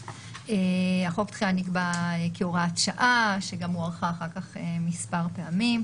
תחילה החוק נקבע כהוראת שעה שהוארכה אחר כך מספר פעמים.